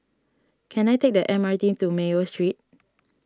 can I take the M R T to Mayo Street